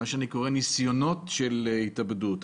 מה שאני קורא ניסיונות של התאבדות.